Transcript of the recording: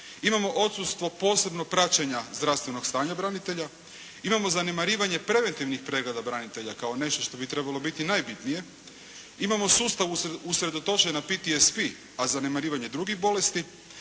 imamo odsustvo posebnog praćenja zdravstvenog stanja branitelja, imamo zanemarivanje preventivnih pregleda branitelja kao nešto što bi trebalo biti najbitnije, imamo sustav usredotočen na PTSP, a zanemarivanje drugih bolesti,